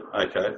okay